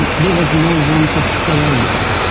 and there was no room for failure.